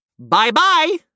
Bye-bye